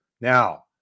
Now